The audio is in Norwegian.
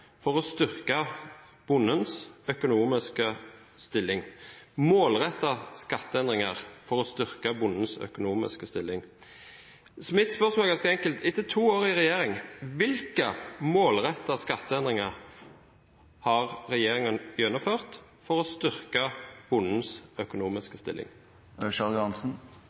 for å styrke bondens økonomiske stilling – «målrettede skatteendringer for å styrke bondens økonomiske stilling». Mitt spørsmål er ganske enkelt. Etter to år i regjering, hvilke målrettede skatteendringer har regjeringen gjennomført for å styrke bondens økonomiske stilling?